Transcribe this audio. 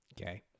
Okay